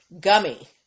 gummy